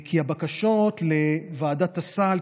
כי הבקשות לוועדת הסל,